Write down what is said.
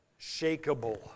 shakable